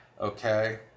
okay